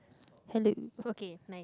hello okay my